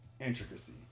intricacy